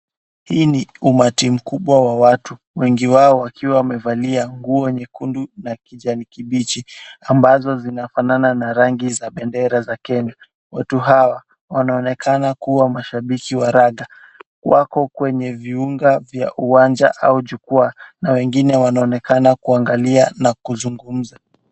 Hii ni umati mkubwa wa watu wengi wao wakiwa wamevalia nguo nyekundu na kijani kibichi ambazo zinafanana na rangi za bendera za Kenya. Watu hawa wanaonekana kuwa mashabiki wa raga. Wako kwenye viunga vya uwanja au jukwaa na wengine wanaonekana kuangalia na kuzungumza.